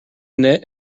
net